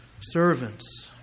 servants